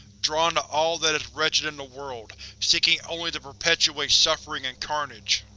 drawn to all that is wretched in the world, seeking only to perpetuate suffering and carnage.